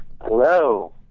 Hello